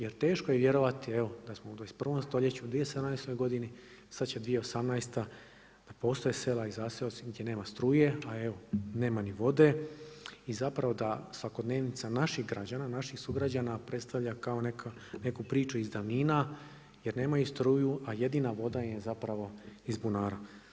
Jer teško je vjerovati, evo da smo u 21. stoljeću 2017. godini, sada će 2018. da postoje sela i zaseoci gdje nema struje, a evo nema ni vode i zapravo da svakodnevnica naših građana, naših sugrađana predstavlja kao neku priču iz davnina jer nemaju struju a jedina voda im je zapravo iz bunara.